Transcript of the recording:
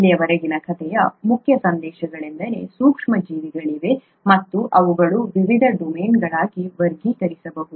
ಇಲ್ಲಿಯವರೆಗಿನ ಕಥೆಯ ಮುಖ್ಯ ಸಂದೇಶಗಳೆಂದರೆ ಸೂಕ್ಷ್ಮಜೀವಿಗಳಿವೆ ಮತ್ತು ಅವುಗಳನ್ನು ವಿವಿಧ ಡೊಮೇನ್ಗಳಾಗಿ ವರ್ಗೀಕರಿಸಬಹುದು